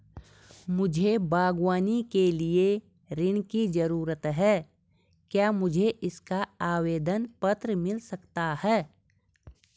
मुझे बागवानी के लिए ऋण की ज़रूरत है क्या मुझे इसका आवेदन पत्र मिल सकता है?